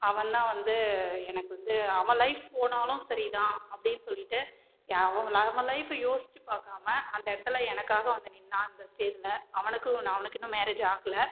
அவந்தான் வந்து எனக்கு வந்து அவன் லைஃப் போனாலும் சரி தான் அப்படினு சொல்லிகிட்டு அவன் அவன் லைஃப் யோஸிச்சி பார்க்காம அந்த இடத்துல எனக்காக வந்து நின்னான் அந்த ஸ்டேஜில் அவனுக்கும் அவனுக்கு இன்னு மேரேஜ் ஆகலை